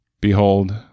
Behold